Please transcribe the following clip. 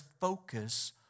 focus